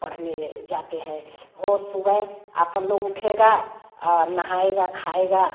पढ़ने जाते हैं वे सुबह आपन लोग उठेगा नहाएगा खाएगा